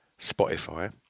Spotify